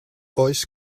oes